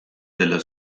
dello